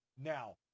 Now